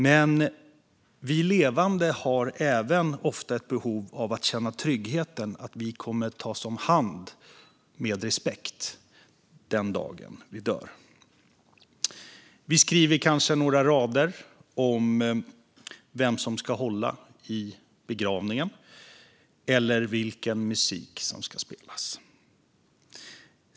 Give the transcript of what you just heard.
Men vi levande har ofta även ett behov av att känna tryggheten att vi kommer att tas om hand med respekt den dagen vi dör. Vi skriver kanske några rader om vem som ska hålla i begravningen eller vilken musik som ska spelas.